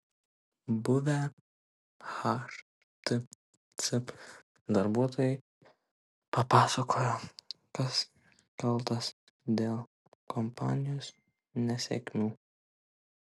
buvę htc darbuotojai papasakojo kas kaltas dėl kompanijos nesėkmių